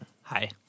Hi